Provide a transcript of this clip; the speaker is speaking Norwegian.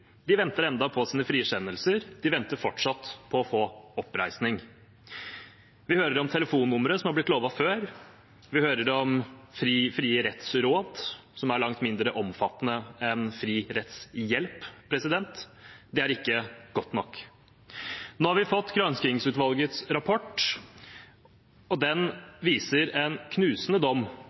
De venter ennå på å bli frikjent. De venter fortsatt på oppreisning. Vi hører om telefonnumre som har blitt lovet før. Vi hører om frie rettsråd, som er langt mindre omfattende enn fri rettshjelp. Det er ikke godt nok. Nå har vi fått granskingsutvalgets rapport, og den viser en knusende dom